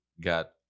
got